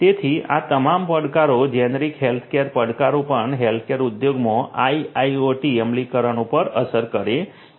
તેથી આ તમામ પડકારો જેનરિક હેલ્થકેર પડકારો પણ હેલ્થકેર ઉદ્યોગમાં IIoT અમલીકરણો પર અસર કરે છે